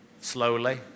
slowly